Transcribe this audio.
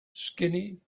skinny